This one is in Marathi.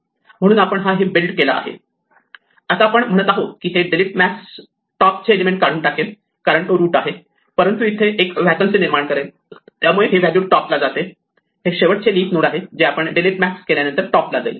म्हणून आपण हा हिप बिल्ड केला आहे आता आपण म्हणत आहोत की हे डिलीट मॅक्स टॉपचे एलिमेंट काढून टाकेल कारण तो रूट आहे परंतु हे देखील इथे व्हेकन्सी निर्माण करेल त्यामुळे ही व्हॅल्यू टॉपला जाते हे शेवटचे लिफ नोड आहे जे आपण डिलीट मॅक्स केल्यानंतर टॉपला जाईल